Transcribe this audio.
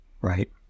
Right